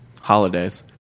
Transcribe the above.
holidays